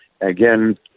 again